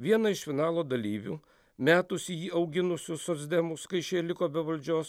vieną iš finalo dalyvių metusį jį auginusius socdemus kai šie liko be valdžios